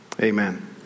Amen